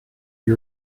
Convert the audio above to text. you